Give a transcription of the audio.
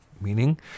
meaning